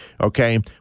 Okay